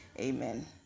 amen